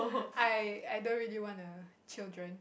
I I don't really want a children